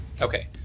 Okay